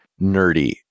nerdy